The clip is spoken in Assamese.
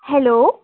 হেল্ল'